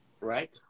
right